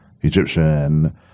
Egyptian